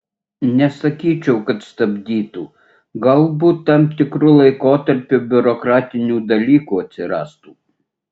nesakyčiau kad stabdytų galbūt tam tikru laikotarpiu biurokratinių dalykų atsirastų